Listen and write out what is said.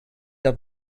dat